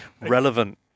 relevant